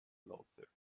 laughter